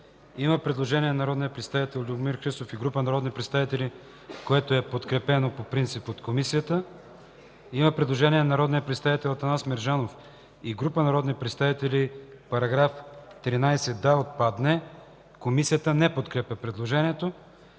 Има предложение на народния представител Любомир Христов и група народни представители, което е подкрепено от Комисията. Има предложение на народния представител Атанас Мерджанов и група народни представители: „Параграф 18 да отпадне.” Комисията не подкрепя предложението.